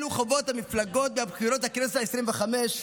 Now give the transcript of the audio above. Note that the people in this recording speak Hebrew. אלה חובות המפלגות מהבחירות לכנסת העשרים-וחמש,